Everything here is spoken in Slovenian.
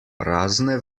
prazne